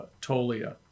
Tolia